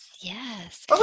Yes